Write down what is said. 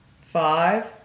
five